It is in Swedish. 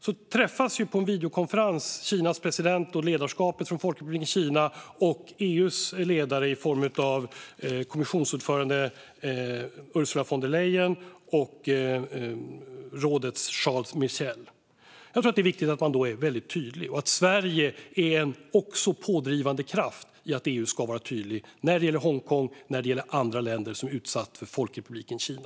I dag träffar Kinas president och ledarskapet från Folkrepubliken Kina EU:s ledare i form av kommissionsordförande Ursula von der Leyen och rådets Charles Michel på en videokonferens. Det är viktigt att man då är väldigt tydlig - Sverige måste också vara en pådrivande kraft för att EU ska vara tydligt - när det gäller Hongkong och andra länder som är utsatta för Folkrepubliken Kina.